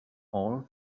all